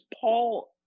Paul